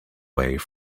wave